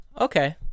Okay